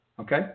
okay